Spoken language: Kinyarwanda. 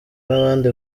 n’abandi